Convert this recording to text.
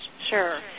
Sure